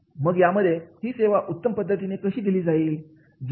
मग यामध्ये ही सेवा उत्तम पद्धतीने कशी दिली जाईल